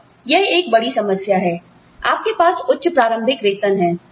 अब यह एक बड़ी समस्या है आपके पास उच्च प्रारंभिक वेतन है